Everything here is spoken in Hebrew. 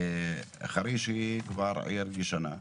חריש היא כבר עיר ישנה,